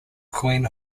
coin